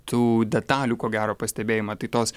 tų detalių ko gero pastebėjimą tai tos